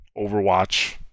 Overwatch